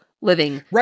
living